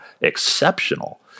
exceptional